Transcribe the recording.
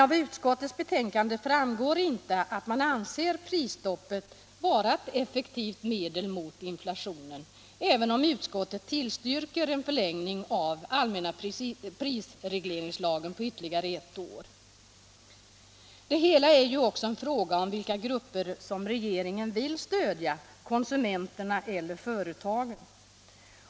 Av utskottets skrivning framgår inte att man anser prisstoppet vara ett effektivt medel mot inflationen, även om utskottet tillstyrker en förlängning av allmänna prisregleringslagen i ytterligare ett år. Det hela är ju också en fråga om vilka grupper regeringen vill stödja, konsumenterna eller företagen.